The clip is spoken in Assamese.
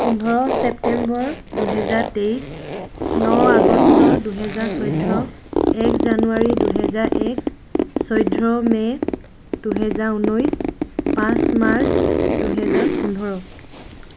পোন্ধৰ ছেপ্তেম্বৰ দুহেজাৰ তেইছ ন আগষ্ট দুহেজাৰ চৈধ্য এক জানুৱাৰী দুহেজাৰ এক চৈধ্য মে' দুহেজাৰ উনৈছ পাঁচ মাৰ্চ দুহেজাৰ পোন্ধৰ